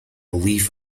believe